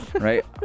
Right